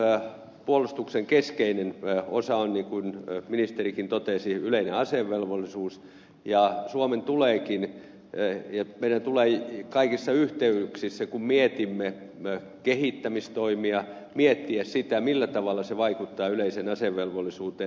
meidän puolustuksemme keskeinen osa on niin kuin ministerikin totesi yleinen asevelvollisuus ja suomen tuleekin kaikissa yhteyksissä kun mietimme kehittämistoimia miettiä sitä millä tavalla ne vaikuttavat yleiseen asevelvollisuuteen